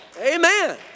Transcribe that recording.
amen